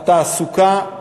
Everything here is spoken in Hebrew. בתעסוקה.